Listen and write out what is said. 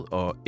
og